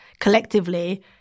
collectively